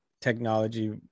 technology